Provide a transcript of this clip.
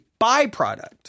byproduct